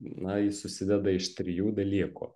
na ji susideda iš trijų dalykų